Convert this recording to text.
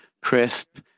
crisp